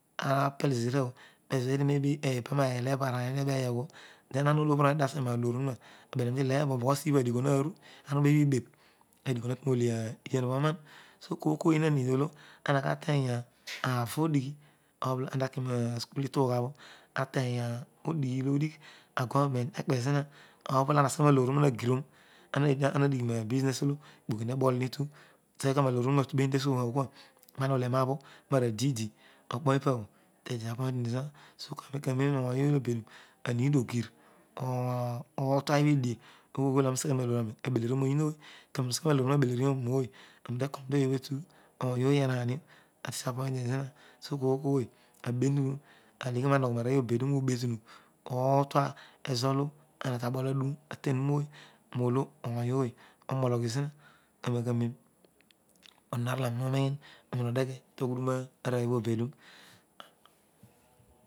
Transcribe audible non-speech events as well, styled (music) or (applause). Aara pet ezurabho ezoba maybe paraanmobha ther ama olobho oruedio aseghe loor onu na abebh eberh hi leeb esibha bho adigho haru oma bebe parmigno maturoo ole edian obho oman. So kooy ha heyre mols an katery roano odighi, anda. akina suku, i tughabho atteuy aeo odigní olo agouenmes tekpe zina or bolo aseghe nalon obho touba nakyrorm uadigin roabuianes olo okpokitaboli atu usors gha nalou obho tonuna ma tuben tesus naghooklla mana adidi okpoipabho so karoero karoen ooy uobedrs aminogmir (hesitation) ofera ibhoedie ligho ad seghe dro malory aral abelkroa alooy oyioay kanienkarder raaheleron toyin ooy ouyory evaan no tadiga ponti so koor kou abetilny obedura ebetunu polo ony boy solo zima onon "avar olo aarol uroun taghudan erwy obedum.